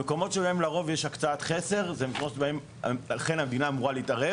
המקומות שלרוב יש בהם הקצאת חסר - ולכן המדינה אמורה להתערב